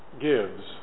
gives